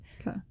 Okay